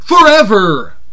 forever